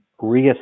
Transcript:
reassess